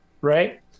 right